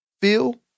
Feel